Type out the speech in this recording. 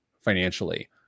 financially